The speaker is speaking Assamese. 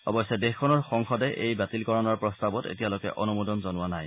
অৱশ্যে দেশখনৰ সংসদে এই বাতিলকৰণৰ প্ৰস্তাৱত এতিয়ালৈকে অনুমোদন জনোৱা নাই